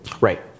Right